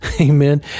Amen